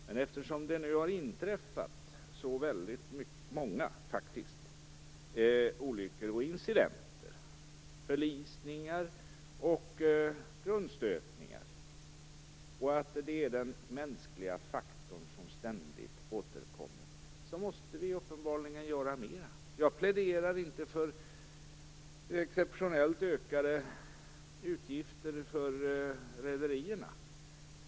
Men eftersom det faktiskt har inträffat så många olyckor, incidenter, förlisningar och grundstötningar och den mänskliga faktorn ständigt återkommer måste vi uppenbarligen göra mera. Jag pläderar inte för exceptionellt ökade utgifter för rederierna.